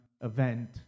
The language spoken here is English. event